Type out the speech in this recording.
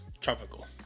Tropical